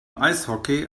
eishockey